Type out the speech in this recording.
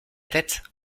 tête